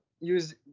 use